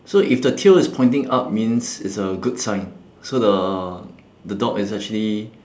so if the tail is pointing up means it's a good sign so the the dog is actually